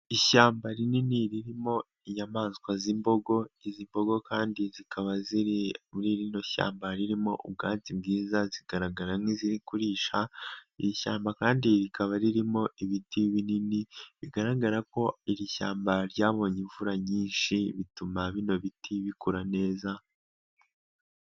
Ishyamba rinini ririmo inyamaswa z'imbogo, izi mbogo kandi zikaba ziri muri rirno shyamba ririmo ubwatsi bwiza zigaragara nk'izigurisha, iri shyamba kandi rikaba ririmo ibiti binini, bigaragara ko iri shyamba ryabonye imvura nyinshi bituma bino biti bikura neza.